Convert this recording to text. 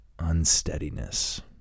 unsteadiness